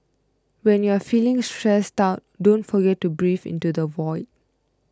when you are feeling stressed out don't forget to breathe into the void